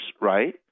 right